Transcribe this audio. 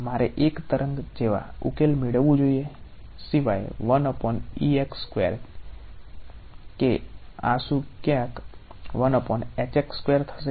મારે એક તરંગ જેવા ઉકેલ મેળવવું જોઈએ સિવાય કે આ શું ક્યાંક થશે